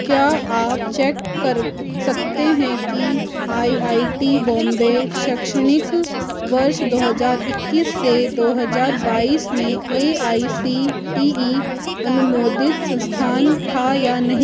क्या आप चेक कर सकते हैं कि आईआईटी बॉम्बे शैक्षणिक वर्ष दो हज़ार इक्कीस से दो हज़ार बाईस में एआईसीटीई अनुमोदित संस्थान था या नहीं